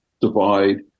divide